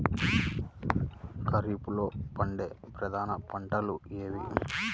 ఖరీఫ్లో పండే ప్రధాన పంటలు ఏవి?